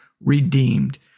redeemed